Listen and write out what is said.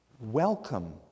Welcome